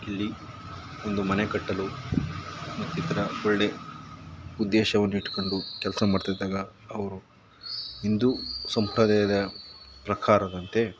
ಇಲ್ಲಿ ಒಂದು ಮನೆ ಕಟ್ಟಲು ಮತ್ತು ಈ ಥರ ಒಳ್ಳೆ ಉದ್ದೇಶವನ್ನು ಇಟ್ಟುಕೊಂಡು ಕೆಲಸ ಮಾಡ್ತಿದ್ದಾಗ ಅವರು ಹಿಂದೂ ಸಂಪ್ರದಾಯದ ಪ್ರಕಾರದಂತೆ